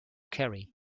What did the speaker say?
carry